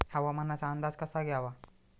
हवामानाचा अंदाज कसा घ्यावा?